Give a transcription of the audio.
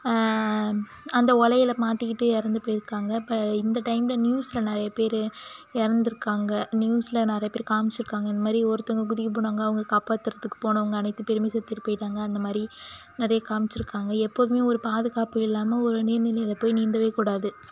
அந்த ஒலையில் மாட்டிகிட்டு இறந்து போயிருக்காங்க இப்போ இந்த டைமில் நியூஸில் நிறைய பேர் இறந்துருக்காங்க நியூஸில் நிறைய பேர் காமிச்சுருக்காங்க இந்த மாதிரி ஒருத்தவங்க குதிக்க போனாங்க அவங்கள காப்பாத்துறதுக்கு போனவங்க அனைத்து பேருமே செத்து போயிட்டாங்க அந்த மாதிரி நிறைய காமிச்சுருக்காங்க எப்போதுமே ஒரு பாதுகாப்பு இல்லாமல் ஒரு நீர்நிலையில் போய் நீந்தவே கூடாது